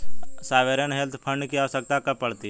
Sovereign wealth fund की आवश्यकता कब पड़ती है?